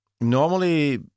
normally